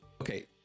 Okay